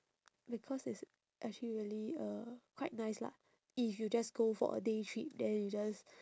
because it's actually really uh quite nice lah if you just go for a day trip then you just